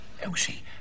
Elsie